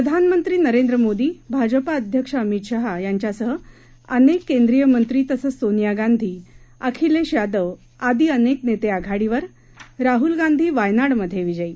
प्रधानमंत्री नरेंद्र मोदी भाजपाध्यक्ष अमित शहा यांच्यासह अनेक केंद्रीय मंत्री तसंच सोनिया गांधी अखिलेश यादव आदी अनेक नेते आघाडीवर राहुल गांधी वायनाडमधे विजयी